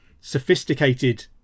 sophisticated